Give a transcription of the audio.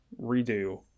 redo